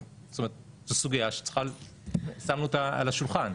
זאת אומרת זו סוגיה ששמנו אותה על השולחן,